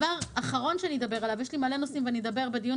כל נושא הדואר נע לא עלה